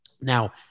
Now